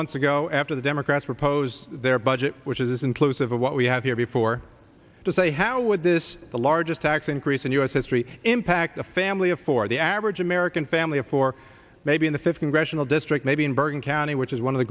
months ago after the democrats proposed their budget which is inclusive of what we have here before to say how would this the largest tax increase in u s history impact a family of four the average american family of four maybe in the fifth congressional district maybe in bergen county which is one of the